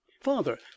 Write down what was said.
Father